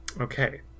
Okay